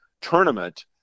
tournament